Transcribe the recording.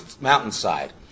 mountainside